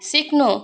सिक्नु